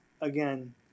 again